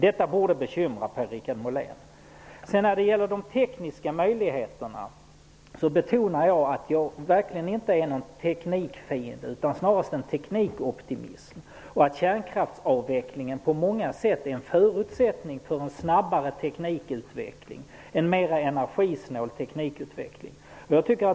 Detta borde bekymra Per När det sedan gäller de tekniska möjligheterna betonar jag att jag verkligen inte är någon teknikfiende utan snarast en teknikoptimist och att kärnkraftsavvecklingen på många sätt är en förutsättning för en snabbare och mera energisnål teknikutveckling.